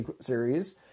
series